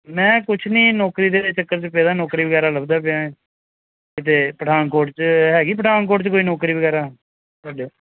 ਮੈਂ ਕੁਛ ਨਹੀਂ ਨੌਕਰੀ ਦੇ ਚੱਕਰ 'ਚ ਫਿਰਦਾ ਨੌਕਰੀ ਵਗੈਰਾ ਲੱਭਦਾ ਪਿਆ ਇੱਥੇ ਪਠਾਨਕੋਟ 'ਚ ਹੈਗੀ ਪਠਾਨਕੋਟ 'ਚ ਕੋਈ ਨੌਕਰੀ ਵਗੈਰਾ ਤੁਹਾਡੇ